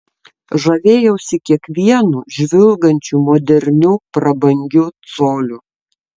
žavėjausi kiekvienu žvilgančiu moderniu prabangiu coliu